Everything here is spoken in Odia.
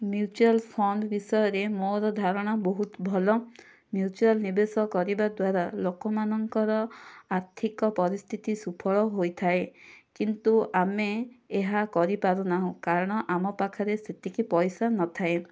ମ୍ୟୁଚୁଆଲ୍ ଫଣ୍ତ ବିଷୟରେ ମୋର ଧାରଣା ବହୁତ ଭଲ ମ୍ୟୁଚୁଆଲ୍ ନିବେଶ କରିବାଦ୍ୱାରା ଲୋକମାନଙ୍କର ଆର୍ଥିକ ପରିସ୍ଥିତି ସୁଫଳ ହୋଇଥାଏ କିନ୍ତୁ ଆମେ ଏହା କରିପାରୁନାହୁଁ କାରଣ ଆମ ପାଖରେ ସେତିକି ପଇସା ନ ଥାଏ